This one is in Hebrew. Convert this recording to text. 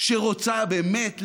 שרוצה באמת להיאבק.